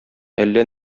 әллә